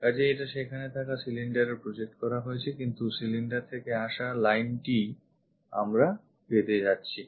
কাজেই এটা সেখানে থাকা cylinderএ project করা হয়েছে কিন্তু cylinder থেকে আসা line টি ই আমরা পেতে যাচ্ছি